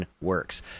works